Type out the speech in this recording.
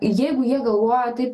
jeigu jie galvoja taip